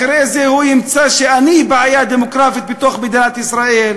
אחרי זה הוא ימצא שאני בעיה דמוגרפית בתוך מדינת ישראל.